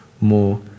more